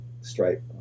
stripe